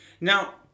Now